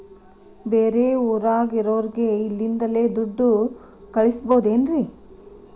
ಬೇರೆ ಊರಾಗಿರೋರಿಗೆ ಇಲ್ಲಿಂದಲೇ ದುಡ್ಡು ಕಳಿಸ್ಬೋದೇನ್ರಿ?